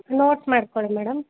note ಮಾಡ್ಕೊಳ್ಳಿ madam